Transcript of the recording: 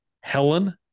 Helen